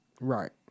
Right